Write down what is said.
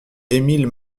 émile